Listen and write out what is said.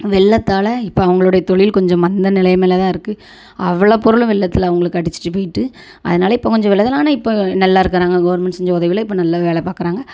வெள்ளத்தால் இப்போ அவங்களுடைய தொழில் கொஞ்சம் மந்த நிலைமையில் தான் இருக்குது அவ்வளோ பொருளும் வெள்ளத்தில் அவங்களுக்கு அடிச்சிகிட்டு போய்ட்டு அதனால் இப்போ கொஞ்சம் ஆனால் இப்போ நல்லாயிருக்குறாங்க கவர்மெண்ட் செஞ்ச உதவிகள்ல இப்போ நல்லா வேலை பார்க்குறாங்க